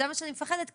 זה מה שאני מפחדת,